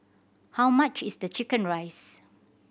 how much is the chicken rice